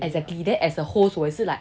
exactly then as a host 我也是 like